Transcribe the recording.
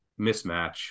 mismatch